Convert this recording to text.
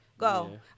go